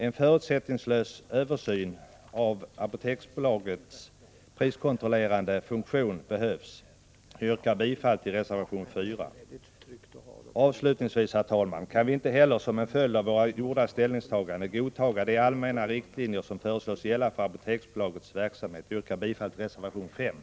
En förutsättningslös översyn av Apoteksbolagets priskontrollerande funktion behövs. Jag yrkar bifall till reservation 4. Avslutningsvis vill jag säga att vi som en följd av våra ställningstaganden inte heller kan godta de allmänna riktlinjer som föreslås gälla för Apoteksbolagets verksamhet. Jag yrkar bifall till reservation 5.